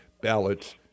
ballots